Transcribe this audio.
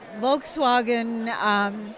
Volkswagen